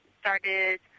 started